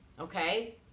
Okay